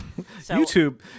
YouTube